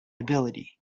ability